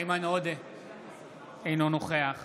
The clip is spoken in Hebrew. אינו נוכח